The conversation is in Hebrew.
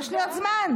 יש לי עוד זמן.